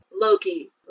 Loki